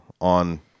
on